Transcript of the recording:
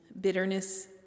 bitterness